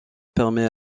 permet